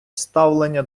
ставлення